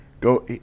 go